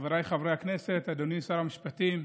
חבריי חברי הכנסת, אדוני שר המשפטים,